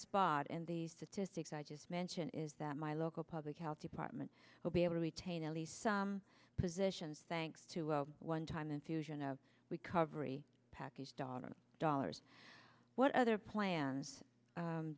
spot and the statistics i just mentioned is that my local public health department will be able to retain at least some positions thanks to a one time infusion of recovery package donna dollars what other plans